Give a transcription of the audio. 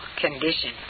condition